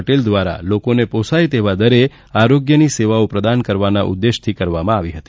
પટેલ દ્વારા લોકોને પોષાય તેવા દરે આરોગ્યથી સેવા પ્રદાન કરવાના ઉદેશ્યથી કરવામાં આવી હતી